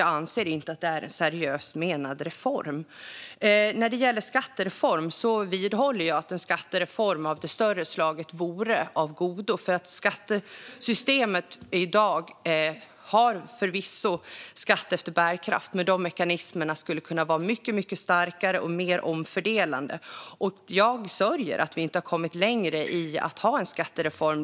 Jag anser inte att det är en seriöst menad reform. Jag vidhåller att en skattereform av det större slaget vore av godo. Mekanismer för skatt efter bärkraft finns förvisso i dagens skattesystem, men de skulle kunna vara mycket starkare och mer omfördelande. Jag sörjer över att vi inte kommit längre i frågan om en skattereform.